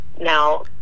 now